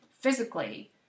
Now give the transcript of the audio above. physically